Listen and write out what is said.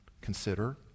consider